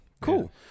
cool